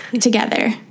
Together